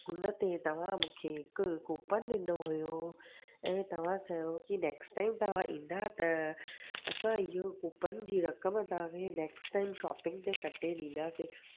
हुन ते तव्हां मूंखे हिकु कूपन ॾिनो हुयो ऐं तव्हां चयो की नैक्स्ट टाइम तव्हां ईंदा त असां इहो कूपन जी रक़म तव्हांखे नैक्सट टाइम शॉपिंग ते कटे ॾींदासीं